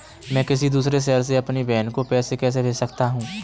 मैं किसी दूसरे शहर से अपनी बहन को पैसे कैसे भेज सकता हूँ?